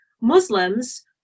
Muslims